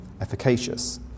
efficacious